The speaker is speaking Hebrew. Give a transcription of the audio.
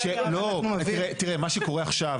לא, תראה, מה שקורה עכשיו.